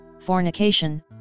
fornication